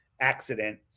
accident